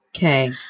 Okay